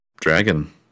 dragon